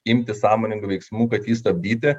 imtis sąmoningų veiksmų kad jį stabdyti